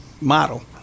model